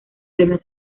premios